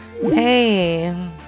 Hey